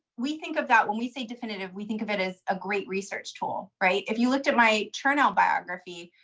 we think of that, when we say definitive, we think of it as a great research tool, right. if you look at my turnout biography,